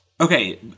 okay